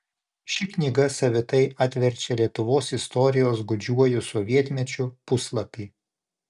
ši knyga savitai atverčia lietuvos istorijos gūdžiuoju sovietmečiu puslapį